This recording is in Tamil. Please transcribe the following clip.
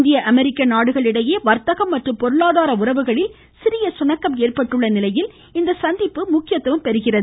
இந்திய அமெரிக்க நாடுகள் இடையே வர்த்தகம் மற்றும் பொருளாதார உறவுகளில் சிறிய சுணக்கம் ஏற்பட்டுள்ள நிலையில் இந்த சந்திப்பு முக்கியத்துவம் பெறுகிறது